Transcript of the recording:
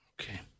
Okay